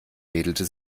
wedelte